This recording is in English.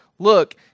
Look